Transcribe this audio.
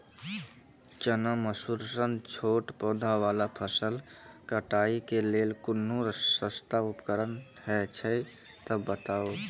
चना, मसूर सन छोट पौधा वाला फसल कटाई के लेल कूनू सस्ता उपकरण हे छै तऽ बताऊ?